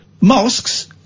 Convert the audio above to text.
Mosques